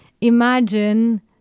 imagine